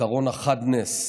עקרון החד-נס.